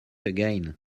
again